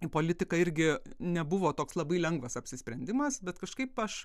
į politiką irgi nebuvo toks labai lengvas apsisprendimas bet kažkaip aš